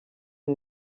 iyi